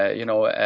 ah you know.